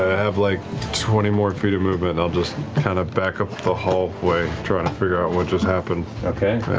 ah have like twenty more feet of movement and i'll just kind of back up the hallway trying to figure out what just happened. matt okay.